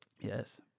Yes